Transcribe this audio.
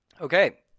Okay